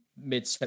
mid